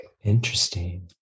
Interesting